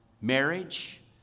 marriage